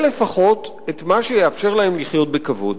לפחות את מה שיאפשר להם לחיות בכבוד.